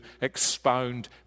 expound